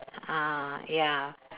uh ya